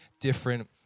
different